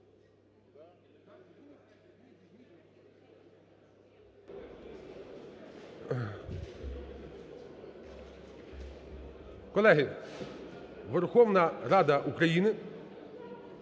Колеги, Верховна Рада України